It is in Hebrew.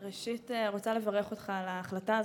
ראשית, אני רוצה לברך אותך על ההחלטה.